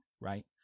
right